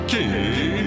Key